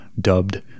dubbed